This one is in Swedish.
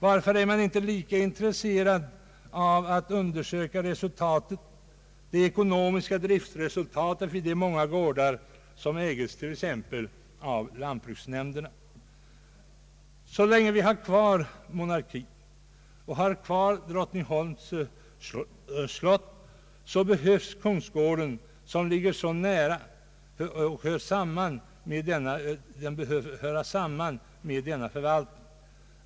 Varför är man inte lika intresserad av att undersöka det ekonomiska driftresultatet vid de många gårdar som ägs t.ex. av lantbruksnämnderna? Så länge vi har kvar monarkin och har kvar Drottningholms slott behöver kungsgården, som ligger så nära, höra samman med denna förvaltning.